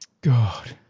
God